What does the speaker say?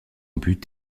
but